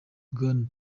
bwana